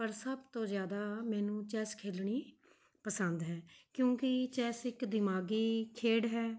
ਪਰ ਸਭ ਤੋਂ ਜ਼ਿਆਦਾ ਮੈਨੂੰ ਚੈੱਸ ਖੇਲਣੀ ਪਸੰਦ ਹੈ ਕਿਉਂਕਿ ਚੈੱਸ ਇਕ ਦਿਮਾਗੀ ਖੇਡ ਹੈ